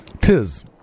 tis